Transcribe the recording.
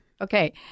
Okay